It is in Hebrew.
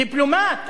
דיפלומט עלק.